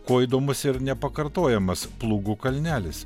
kuo įdomus ir nepakartojamas plūgų kalnelis